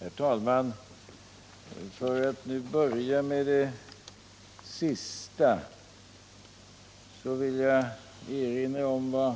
Herr talman! För att börja med det sista vill jag erinra om vad